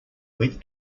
went